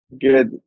good